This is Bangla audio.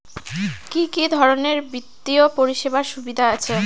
কি কি ধরনের বিত্তীয় পরিষেবার সুবিধা আছে?